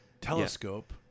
Telescope